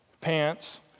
pants